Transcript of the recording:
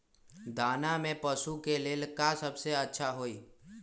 दाना में पशु के ले का सबसे अच्छा होई?